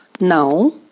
Now